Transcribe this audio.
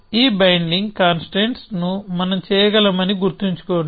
ఈ binding constraints ను మనం చేయగలమని గుర్తుంచుకోండి